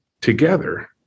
together